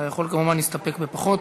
אתה יכול כמובן להסתפק בפחות.